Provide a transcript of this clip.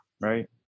Right